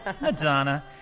Madonna